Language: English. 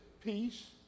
peace